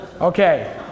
Okay